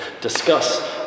discuss